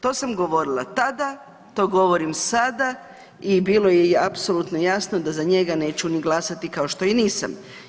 To sam govorila tada, to govorim sada i bilo je apsolutno jasno da za njega neću ni glasati kao što i nisam.